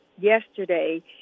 yesterday